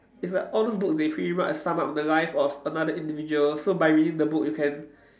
it's like all those books they pretty much sum up the life of another individual so by reading the book you can